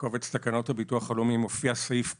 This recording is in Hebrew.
בקובץ תקנות הביטוח הלאומי מופיע סעיף קטיעה: